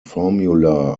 formula